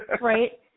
right